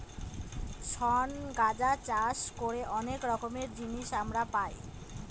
শন গাঁজা চাষ করে অনেক রকমের জিনিস আমরা পাই